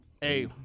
Hey